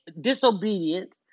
disobedient